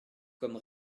comme